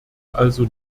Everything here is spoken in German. also